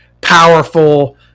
powerful